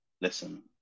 listen